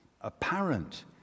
apparent